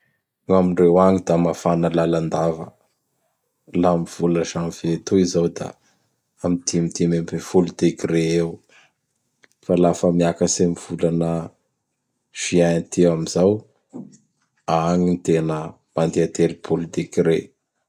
Gn'amindreo agny da mafana lalandava. La am vola janvier toy zao da am dim dimy amb folo degre eo. Fa lafa miakatsy am volana juin aty am zao; agny ny tena mandea telopolo degre.